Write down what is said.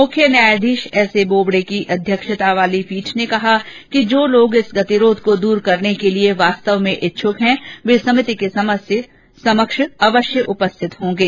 मुख्य न्यायाधीश S A Bobde की अध्यक्षता वाली पीठ ने कहा कि जो लोग इस गतिरोध को दूर करने के लिए वास्तव में इच्छ्क हैं वे सभिति के समक्ष अवश्य उपस्थित होंगे